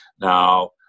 Now